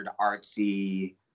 artsy